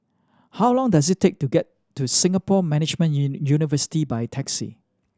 how long does it take to get to Singapore Management University by taxi